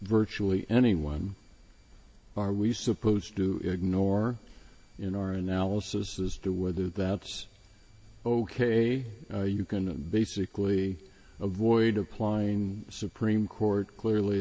virtually anyone are we supposed to ignore in our analysis as to whether that's ok you can basically avoid applying the supreme court clearly